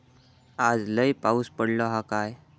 आज लय पाऊस पडतलो हा काय?